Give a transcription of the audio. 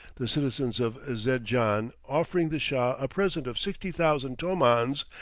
the citizens of zendjan offering the shah a present of sixty thousand tomans,